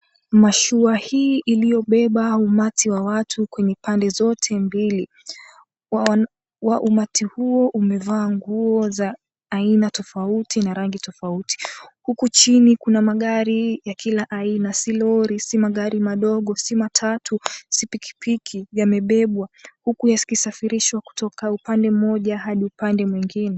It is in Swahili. Mashua hii iliyobeba umati wa watu kwenye pande zote mbili. Umati huu umevaa nguo za aina tofauti na rangi tofauti, huku chuni kuna magari ya kila aina si lori, si magari madogo, si matatu, si pikipiki yamebebwa huku yakisafirishwa kutoka upande mmoja hadi upande mwingine.